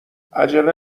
عجله